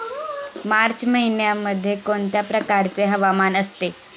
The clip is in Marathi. मार्च महिन्यामध्ये कोणत्या प्रकारचे हवामान असते?